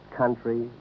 country